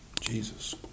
Jesus